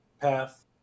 path